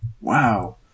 Wow